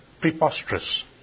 preposterous